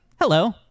Hello